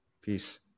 Peace